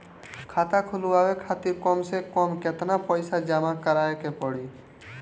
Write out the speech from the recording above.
खाता खुलवाये खातिर कम से कम केतना पईसा जमा काराये के पड़ी?